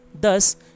thus